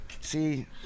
See